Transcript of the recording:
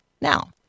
Now